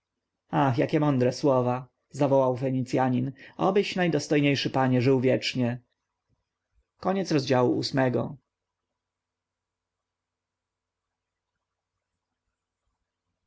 ach jakie mądre słowa zawołał fenicjanin obyś najdostojniejszy panie żył wiecznie